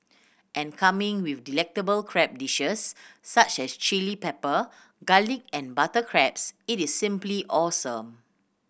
and coming with delectable crab dishes such as chilli pepper garlic and butter crabs it is simply awesome